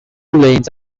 lanes